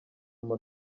ama